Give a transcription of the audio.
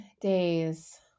days